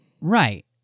Right